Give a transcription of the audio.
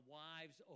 wives